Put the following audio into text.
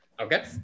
Okay